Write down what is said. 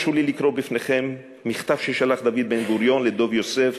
הרשו לי לקרוא בפניכם מכתב ששלח דוד בן-גוריון לדב יוסף